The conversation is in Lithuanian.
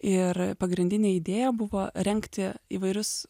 ir pagrindinė idėja buvo rengti įvairius